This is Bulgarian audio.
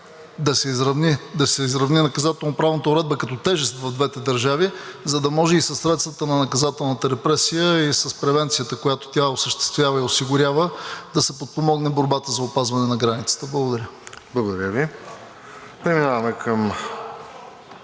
да се изравни наказателноправната уредба като тежест в двете държави, за да може и със средствата на наказателната репресия, и с превенцията, която тя осъществява и осигурява, да се подпомогне борбата за опазване на границата. Благодаря. ПРЕДСЕДАТЕЛ РОСЕН